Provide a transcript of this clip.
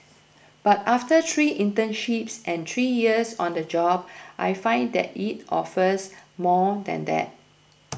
but after three internships and three years on the job I find that it offers more than that